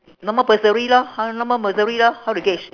no more bursary lor how no more bursary lor how to gauge